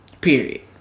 Period